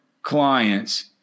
clients